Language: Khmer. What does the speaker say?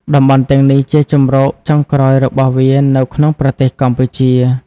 តំបន់ទាំងនេះជាជម្រកចុងក្រោយរបស់វានៅក្នុងប្រទេសកម្ពុជា។